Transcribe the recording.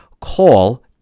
call